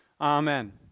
Amen